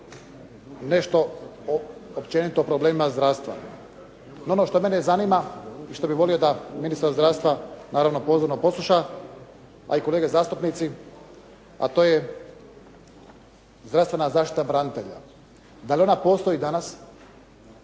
nešto o općenito problemima zdravstva. Ono što mene zanima i što bih volio da ministar zdravstva naravno pozorno posluša a i kolege zastupnici, a to je zdravstvena zaštita branitelja. Da li ona postoji danas,